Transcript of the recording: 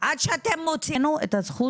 עד שאתם מוציאים, עד שאתם סוגרים את המכרז,